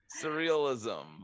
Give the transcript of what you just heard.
surrealism